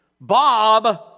Bob